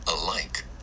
alike